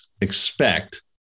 expect